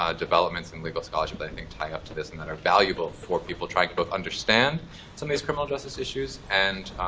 ah developments in legal scholarship that i think tie up to this, and that are valuable for people trying to both understand some of these criminal justice issues, and